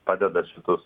padeda šitus